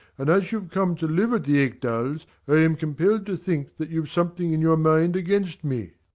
and as you've come to live at the ekdals i am compelled to think that you've something in your mind against me.